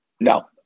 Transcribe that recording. no